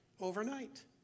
overnight